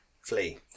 flee